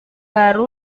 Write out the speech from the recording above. baru